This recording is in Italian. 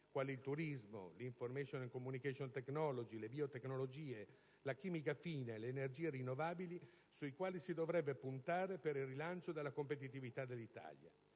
quali il turismo, l'*information and communication technology*, le biotecnologie, la chimica fine, le energie rinnovabili - sui quali si dovrebbe puntare per il rilancio della competitività dell'Italia.